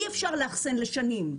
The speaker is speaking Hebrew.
אי אפשר לאחסן לשנים.